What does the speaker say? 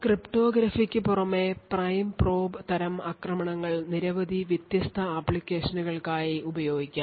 ക്രിപ്റ്റോഗ്രഫിക്ക് പുറമേ prime probe തരം ആക്രമണങ്ങൾ നിരവധി വ്യത്യസ്ത ആപ്ലിക്കേഷനുകൾക്കായി ഉപയോഗിക്കാം